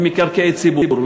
הן מקרקעי ציבור,